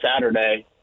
Saturday